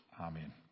Amen